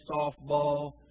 softball